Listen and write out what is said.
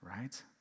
right